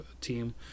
team